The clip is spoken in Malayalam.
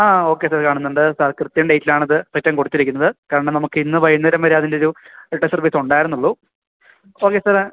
ആ ഓക്കെ സാർ കാണുന്നുണ്ട് സാര് കൃത്യം ഡേറ്റിലാണത് റിട്ടേണ് കൊടുത്തിരിക്കുന്നത് കാരണം നമുക്ക് ഇന്നു വൈകുന്നേരം വരെ അതിന്റെയൊരു ഡെഫര് വിത്ത് ഉണ്ടായിരുന്നുള്ളൂ ഓക്കെ